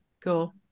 Cool